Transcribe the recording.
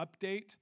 update